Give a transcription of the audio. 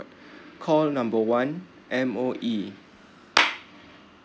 call number one M_O_E